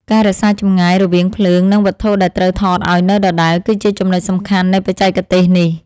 ការរក្សាចម្ងាយរវាងភ្លើង និង វត្ថុដែលត្រូវថតឱ្យនៅដដែលគឺជាចំណុចសំខាន់នៃបច្ចេកទេសនេះ។